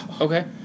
okay